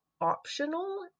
optional